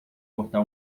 cortar